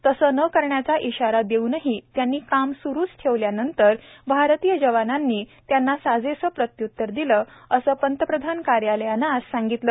तसं न करण्याचा इशारा देऊनही त्यांनी काम सुरूच ठेवल्यानंतर भारतीय जवानांनी त्यांना साजेसं प्रत्यत्तर दिलं असं प्रधानंमंत्री कार्यालयानं आज सांगितलं